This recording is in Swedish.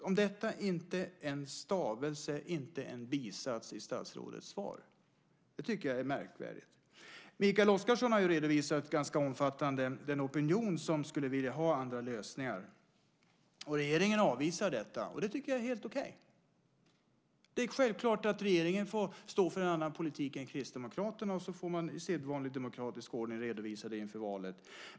Om detta finns inte en stavelse och inte en bisats i statsrådets svar. Det tycker jag är märkvärdigt. Mikael Oscarsson har ganska omfattande redovisat den opinion som skulle vilja ha andra lösningar, och regeringen avvisar detta. Det tycker jag är helt okej. Det är självklart att regeringen får stå för en annan politik än Kristdemokraterna, och så får man i sedvanlig demokratisk ordning redovisa det inför valet.